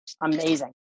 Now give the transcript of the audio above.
amazing